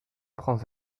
prends